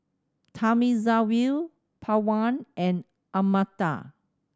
Thamizhavel Pawan and Amartya